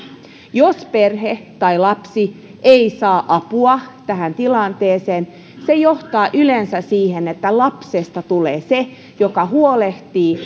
jos perhe tai lapsi ei saa apua tähän tilanteeseen se johtaa yleensä siihen että lapsesta tulee se joka huolehtii